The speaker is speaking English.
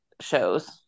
shows